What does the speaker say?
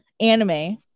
anime